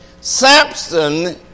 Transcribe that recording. Samson